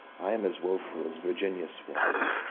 i am as woeful as virginius was,